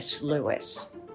Lewis